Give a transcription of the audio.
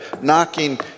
knocking